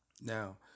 Now